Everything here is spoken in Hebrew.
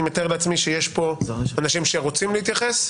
אני מתאר לעצמי שיש פה אנשים שרוצים להתייחס,